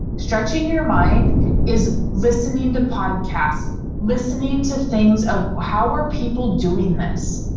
stretching your mind is listening to podcasts listening to things of how are people doing this.